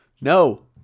No